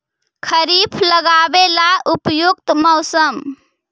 खरिफ लगाबे ला उपयुकत मौसम?